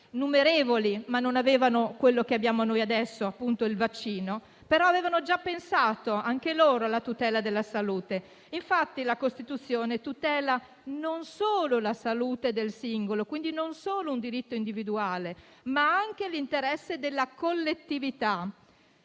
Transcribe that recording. non avevano ciò di cui disponiamo noi adesso, ossia il vaccino, però avevano già pensato alla tutela della salute. La Costituzione tutela infatti non solo la salute del singolo, quindi non solo un diritto individuale, ma anche l'interesse della collettività.